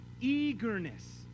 eagerness